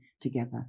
together